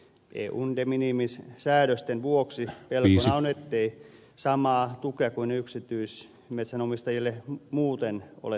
eun de minimis säädösten vuoksi pelkona on ettei samaa tukea kuin yksityismetsänomistajille muuten ole tulossa